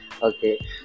Okay